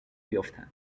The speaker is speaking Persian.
بیفتند